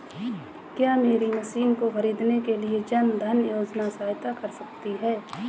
क्या मेरी मशीन को ख़रीदने के लिए जन धन योजना सहायता कर सकती है?